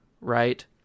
right